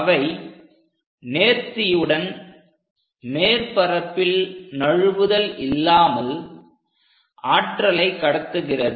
அவை நேர்த்தியுடன் மேற்பரப்பில் நழுவுதல் இல்லாமல் ஆற்றலை கடத்துகிறது